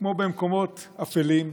כמו במקומות אפלים,